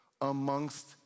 amongst